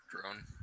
drone